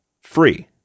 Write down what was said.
free